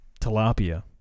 tilapia